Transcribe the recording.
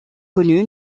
connue